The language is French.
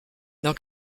dans